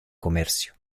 comercio